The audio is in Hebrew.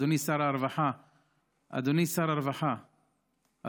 אדוני שר הרווחה,